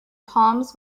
palms